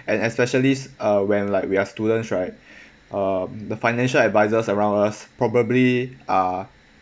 and especially uh when like we are students right uh the financial advisors around us probably are